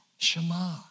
Shema